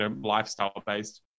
lifestyle-based